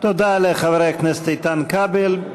תודה לחבר הכנסת איתן כבל.